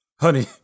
Honey